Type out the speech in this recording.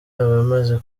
abamaze